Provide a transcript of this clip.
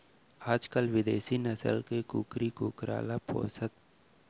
आजकाल बिदेसी नसल के कुकरी कुकरा ल जादा पोसत हें फेर ए ह देसी नसल ल पार नइ पावय